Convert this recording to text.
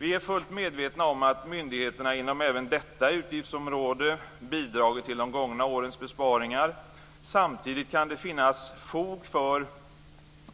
Vi är fullt medvetna om att myndigheterna inom även detta utgiftsområde bidragit till de gångna årens besparingar. Samtidigt kan det finnas fog för